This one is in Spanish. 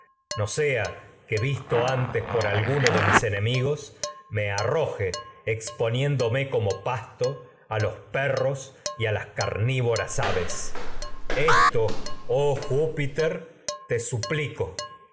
no sea que visto antes por alguno de mis a enemi perros gos me arroje exponiéndome como pasto los y a lás carnivoi'as aves esto oh júpiter te suplico